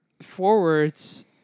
forwards